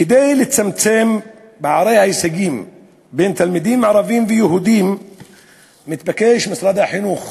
כדי לצמצם את פערי ההישגים בין תלמידים ערבים ויהודים מתבקש משרד החינוך